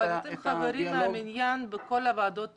אתם חברים מן המניין בכל ועודות התכנון.